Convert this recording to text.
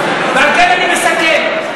החוקים האלה הם בסדר,